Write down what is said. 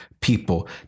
people